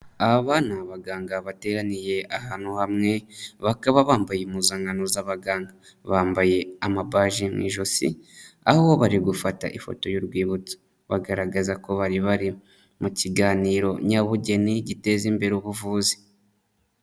Aba ni baganga bateraniye ahantu hamwe, bakaba bambaye impuzankano z'abaganga, bambaye amabaje mu ijosi aho bari gufata ifoto y'urwibutso, bagaragaza ko bari mu kiganiro nyabugeni giteza imbere ubuvuzi.